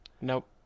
Nope